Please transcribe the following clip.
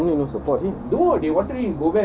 why the family no support